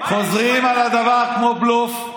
חוזרים על הדבר כמו בלוף,